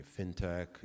fintech